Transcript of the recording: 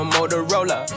Motorola